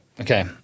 Okay